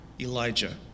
Elijah